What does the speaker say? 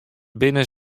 binne